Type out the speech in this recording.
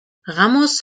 ramos